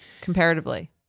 comparatively